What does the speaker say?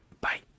bye